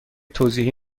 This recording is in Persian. توضیحی